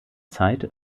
zeit